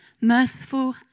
merciful